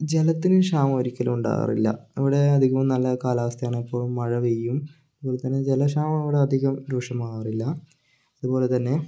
ജലത്തിന് ക്ഷാമം ഒരിക്കലും ഉണ്ടാകാറില്ല ഇവിടെ അധികം നല്ല കാലാവസ്ഥയാണ് എപ്പോഴും മഴപെയ്യും അതുപോലെ തന്നെ ജലക്ഷാമം ഇവിടെ അധികം രൂക്ഷമാകാറില്ല അതുപോലെ തന്നെ